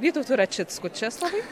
vytautu račicku česlavai